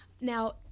Now –